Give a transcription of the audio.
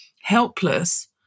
helpless